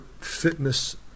fitness